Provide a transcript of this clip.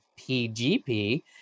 PGP